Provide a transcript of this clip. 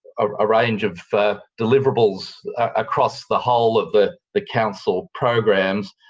a range of deliverables across the whole of the the council programs.